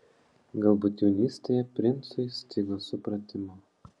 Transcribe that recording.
galbūt jaunystėje princui stigo supratimo